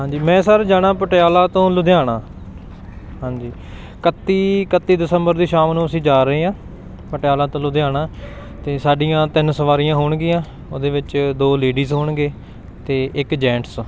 ਹਾਂਜੀ ਮੈਂ ਸਰ ਜਾਣਾ ਪਟਿਆਲਾ ਤੋਂ ਲੁਧਿਆਣਾ ਹਾਂਜੀ ਇਕੱਤੀ ਇਕੱਤੀ ਦਸੰਬਰ ਦੀ ਸ਼ਾਮ ਨੂੰ ਅਸੀਂ ਜਾ ਰਹੇ ਹਾਂ ਪਟਿਆਲਾ ਤੋਂ ਲੁਧਿਆਣਾ ਅਤੇ ਸਾਡੀਆਂ ਤਿੰਨ ਸਵਾਰੀਆਂ ਹੋਣਗੀਆਂ ਓਹਦੇ ਵਿੱਚ ਦੋ ਲੇਡੀਜ਼ ਹੋਣਗੇ ਅਤੇ ਇੱਕ ਜੈਂਟਸ